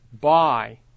buy